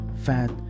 fat